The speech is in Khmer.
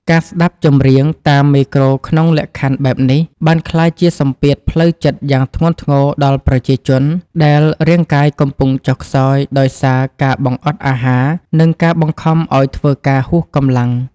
ការស្ដាប់ចម្រៀងតាមមេក្រូក្នុងលក្ខខណ្ឌបែបនេះ បានក្លាយជាសម្ពាធផ្លូវចិត្តយ៉ាងធ្ងន់ធ្ងរដល់ប្រជាជន ដែលរាងកាយកំពុងចុះខ្សោយដោយសារការបង្អត់អាហារ និងការបង្ខំឱ្យធ្វើការហួសកម្លាំង។